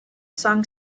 song